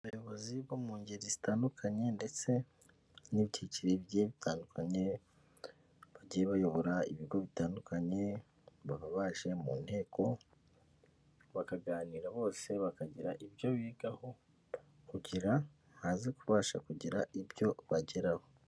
Abayobozi bo mu ngeri zitandukanye ndetse n'ibibyiciro bigiye bitandukanye, bagiye bayobora ibigo bitandukanye, baba baje mu nteko bakaganira bose bakagira ibyo bigaho kugira baze kubasha kugira ibyo bageraho.